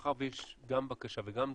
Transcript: מאחר שיש גם בקשה וגם דרישה,